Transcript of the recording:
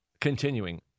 Continuing